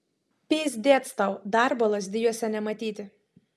pyzdec tau darbo lazdijuose nematyti